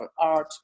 Art